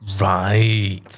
right